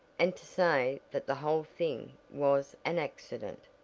and to say that the whole thing was an accident,